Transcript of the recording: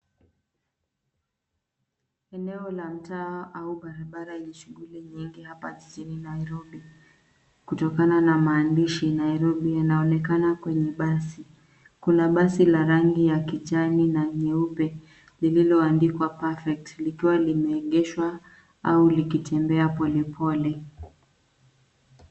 Eneo la mtaa au barabara yenye shughuli nyingi hapa jijini Nairobi kutokana na maandishi Nairobi yanayoonekana kwenye basi. Kuna basi la rangi ya kijani na nyeupe lililoandikwa perfect likiwa limeegeshwa au likitembea polepole.